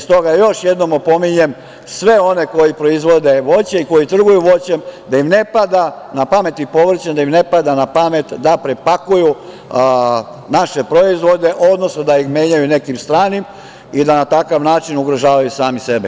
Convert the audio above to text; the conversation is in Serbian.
Stoga, još jednom opominjem sve one koji proizvode voće i koji trguju voćem i povrćem da im ne pada na pamet da prepakuju naše proizvode, odnosno da im menjaju nekim stranim i da na takav način ugrožavaju sami sebe.